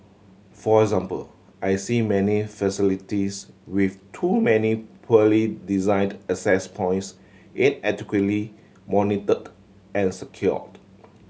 for example I see many facilities with too many poorly designed access points inadequately monitored and secured